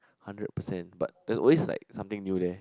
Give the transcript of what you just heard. hundred percent but there is always like something new there